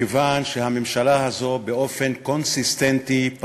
מכיוון שהממשלה הזאת באופן קונסיסטנטי,